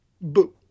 Boo